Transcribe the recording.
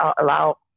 allow